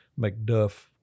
McDuff